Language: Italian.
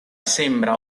sembra